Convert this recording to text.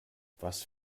was